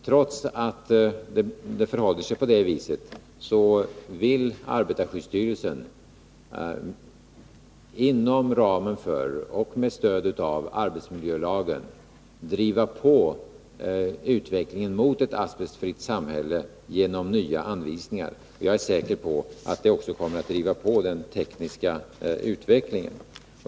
Trots att det förhåller sig på det sättet vill arbetarskyddsstyrelsen inom ramen för och med stöd av arbetsmiljölagen driva på utvecklingen mot ett asbestfritt samhälle genom nya anvisningar. Jag är säker på att detta också kommer att driva på den tekniska utvecklingen.